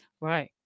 Right